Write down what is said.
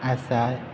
आसा